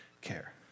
care